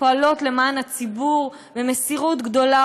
הן פועלות למען הציבור במסירות גדולה